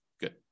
Good